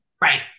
Right